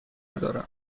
دارم